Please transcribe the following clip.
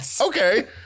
okay